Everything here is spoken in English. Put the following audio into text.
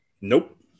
Nope